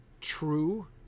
true